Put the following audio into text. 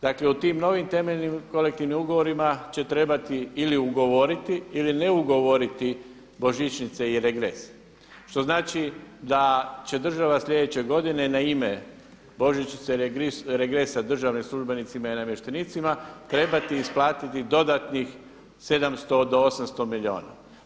Dakle, u tim novim temeljnim kolektivnim ugovorima će trebati ili ugovoriti ili ne ugovoriti Božićnice i regres, što znači da će država sljedeće godine na ime Božićnice i regresa državnim službenicima i namještenicima trebati isplatiti dodatnih 700 do 800 milijuna.